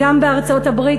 גם בארצות-הברית,